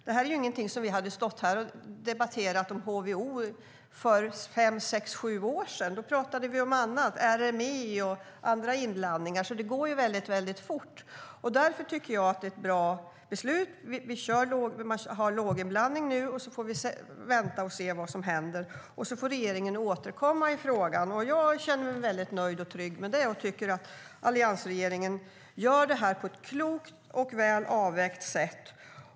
Vi hade inte stått här och debatterat om HVO för fem, sex eller sju år sedan. Då pratade vi om annat, som RME och andra inblandningar, så det går fort. Därför tycker jag att det är ett bra beslut att ha låginblandning nu och sedan får vänta och se vad som händer, och så får regeringen återkomma i frågan. Jag känner mig nöjd och trygg med det och tycker att alliansregeringen gör detta på ett klokt och väl avvägt sätt.